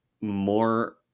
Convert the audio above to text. more